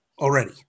already